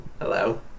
hello